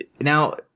Now